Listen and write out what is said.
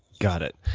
got it.